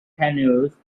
canoes